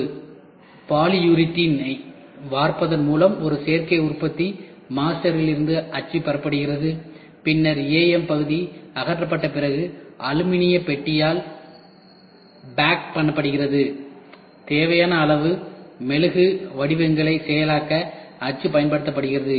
ஒரு பாலியூரிதீன் ஐ வார்ப்பதன் மூலம் ஒரு சேர்க்கை உற்பத்தி மாஸ்டரிடமிருந்து அச்சு பெறப்படுகிறது பின்னர் AM பகுதி அகற்றப்பட்ட பிறகு அலுமினிய பெட்டியால் ஃபக் பண்ணப்படுகிறது தேவையான அளவு மெழுகு வடிவங்களை செயலாக்க அச்சு பயன்படுத்தப்படுகிறது